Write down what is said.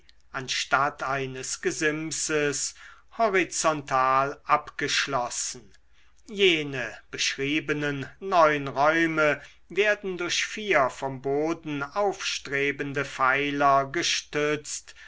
anstatt eines gesimses horizontal abgeschlossen jene beschriebenen neun räume werden durch vier vom boden aufstrebende pfeiler gestützt